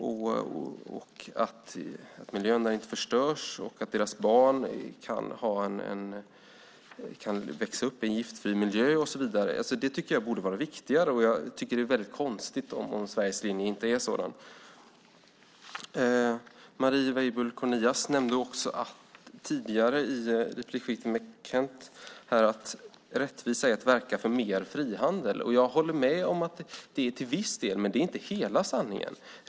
Är det viktigast att miljön inte förstörs, att deras barn kan växa upp i en giftfri miljö och så vidare? Det tycker jag borde vara viktigare. Jag tycker att det är konstigt om Sveriges linje inte är sådan. Marie Weibull Kornias nämnde tidigare i ett replikskifte med Kent att rättvisa är att verka för mer frihandel. Jag håller med om det till viss del, men det är inte hela sanningen.